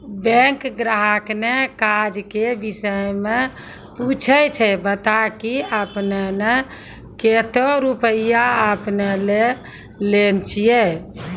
Bank ग्राहक ने काज के विषय मे पुछे ते बता की आपने ने कतो रुपिया आपने ने लेने छिए?